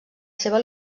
seva